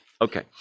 Okay